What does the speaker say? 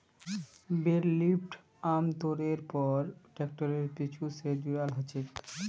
बेल lifter आमतौरेर पर ट्रैक्टरेर पीछू स जुराल ह छेक